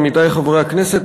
עמיתי חברי הכנסת,